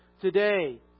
today